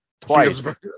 twice